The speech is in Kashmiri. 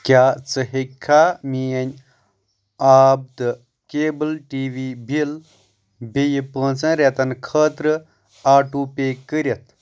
کیٛاہ ژٕ ہٮ۪ککھا مینۍ آب تہٕ کیبٕل ٹی وی بِل بییٚہِ پانٛژن رٮ۪تن خٲطرٕ آٹو پے کٔرِتھ؟